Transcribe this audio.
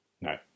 No